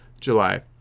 July